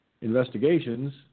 investigations